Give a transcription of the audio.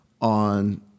on